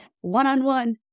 one-on-one